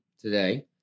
today